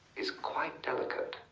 is quite delicate.